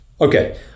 Okay